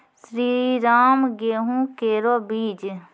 श्रीराम गेहूँ केरो बीज?